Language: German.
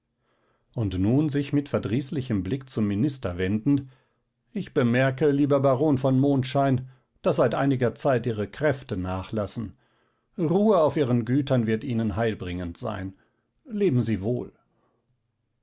und nun sich mit verdrießlichem blick zum minister wendend ich bemerke lieber baron von mondschein daß seit einiger zeit ihre kräfte nachlassen ruhe auf ihren gütern wird ihnen heilbringend sein leben sie wohl